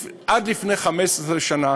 עד לפני 15 שנה